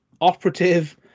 operative